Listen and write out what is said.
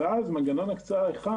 ואז מנגנון הקצאה אחד